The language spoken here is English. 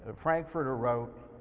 ah frankfurter wrote,